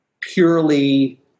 purely